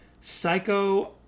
Psycho